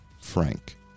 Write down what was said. frank